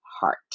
heart